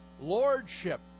lordship